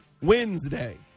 Wednesday